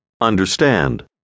understand